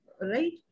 right